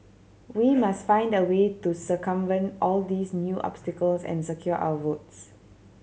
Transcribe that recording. we must find a way to circumvent all these new obstacles and secure our votes